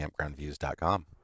campgroundviews.com